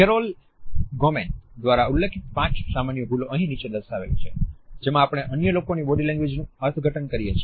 carol Goman દ્વારા ઉલ્લેખિત પાંચ સામાન્ય ભૂલો અહીં નીચે દર્શાવેલી છે જેમાં આપણે અન્ય લોકોની બોડી લેંગ્વેજનું અર્થઘટન કરીએ છીએ